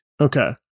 Okay